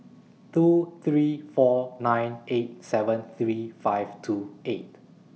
two three four nine eight seven three five two eight